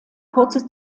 kurze